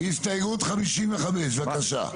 הסתייגות 55, בבקשה.